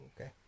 Okay